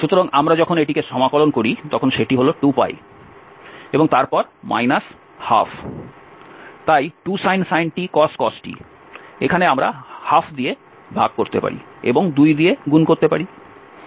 সুতরাং আমরা যখন এটিকে সমাকলন করি তখন সেটি হল 2 এবং তারপর 12 তাই 2sin t cos t এখানে আমরা ½ দিয়ে ভাগ করতে পারি এবং 2 দিয়ে গুণ করতে পারি